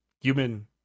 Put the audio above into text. Human